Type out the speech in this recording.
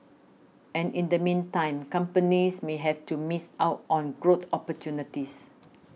and in the meantime companies may have to miss out on growth opportunities